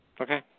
Okay